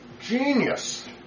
Genius